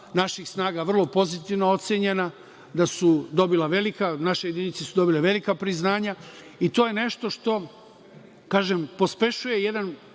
naših snaga vrlo pozitivno ocenjena, da su naše jedinice dobile velika priznanja i to je nešto što pospešuje jedan